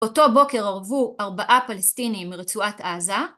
אותו בוקר ארבו ארבעה פלסטינים מרצועת עזה.